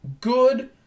good